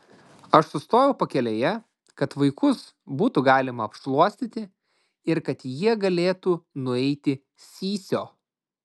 aš sustojau pakelėje kad vaikus būtų galima apšluostyti ir kad jie galėtų nueiti sysio